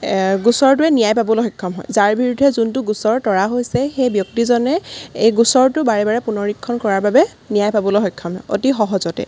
গোচৰটোৱে ন্যায় পাবলৈ সক্ষম হয় যাৰ বিৰুদ্ধে যোনটো গোচৰ তৰা হৈছে সেই ব্যক্তিজনে এই গোচৰটো বাৰে বাৰে পুনৰীক্ষণ কৰাৰ বাবে ন্যায় পাবলৈ সক্ষম হয় অতি সহজতে